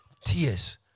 tears